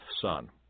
son